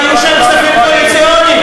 והיו שם כספים קואליציוניים.